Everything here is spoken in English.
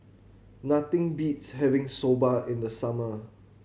nothing beats having Soba in the summer